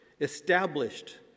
established